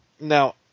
Now –